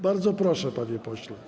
Bardzo proszę, panie pośle.